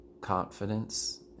confidence